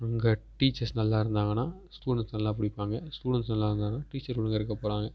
அங்கே டீச்சர்ஸ் நல்லா இருந்தாங்கன்னா ஸ்டூடண்ட்ஸ் நல்லா படிப்பாங்க ஸ்டூடண்ட்ஸ் நல்லாருந்தாங்கன்னா டீச்சர் ஒழுங்கா இருக்கப் போகிறாங்க